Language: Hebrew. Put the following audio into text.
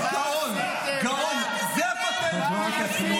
קלנר, מה עשיתם